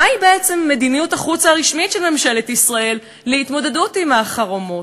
מהי בעצם מדיניות החוץ הרשמית של ממשלת ישראל להתמודדות עם החרמות?